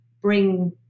bring